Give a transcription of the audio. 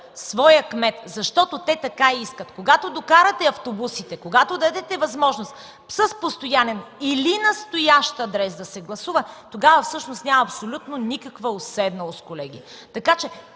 своя кмет, защото те така искат. Когато докарате автобусите, когато дадете възможност с постоянен или настоящ адрес да се гласува, тогава всъщност няма абсолютно никаква уседналост, колеги.